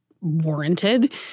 warranted